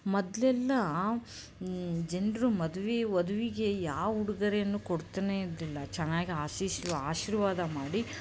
ಮೊದ್ಲೆಲ್ಲಾ ಜನರು ಮದುವೆ ವಧುವಿಗೆ ಯಾವ ಉಡುಗೊರೆನೂ ಕೊಡ್ತಾನೆ ಇದ್ದಿಲ್ಲ ಚೆನ್ನಾಗ್ ಆಶೀಸಿ ಆಶೀರ್ವಾದ ಮಾಡಿ